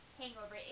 hangover